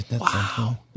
Wow